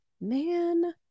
man